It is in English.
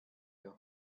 your